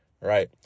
right